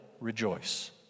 rejoice